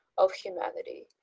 of humanity